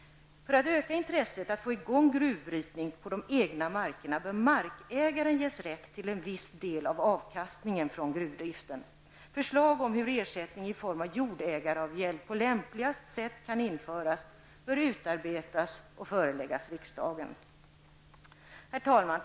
För att öka intresset att få i gång gruvbrytning på de egna markerna bör markägaren ges rätt till en viss del av avkastningen från gruvdriften. Förslag om hur ersättning i form av jordägaravgäld på lämpligaste sätt kan införas bör utarbetas och föreläggas riksdagen. Herr talman!